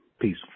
Peace